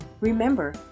Remember